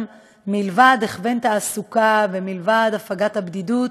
מלבד הכוון תעסוקה ומלבד הפגת הבדידות